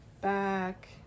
back